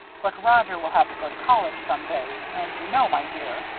but roger will have to go to college some day and you know, my dear,